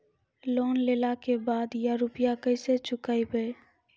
Loan लेला के बाद या रुपिया केसे चुकायाबो?